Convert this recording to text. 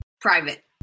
Private